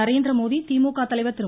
நரேந்திரமோடி திமுக தலைவர் திரு